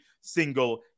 single